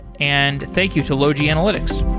and thank you to logi analytics.